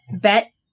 bet